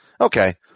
Okay